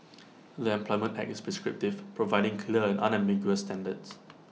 the employment act is prescriptive providing clear and unambiguous standards